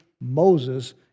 Moses